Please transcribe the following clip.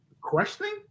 questioning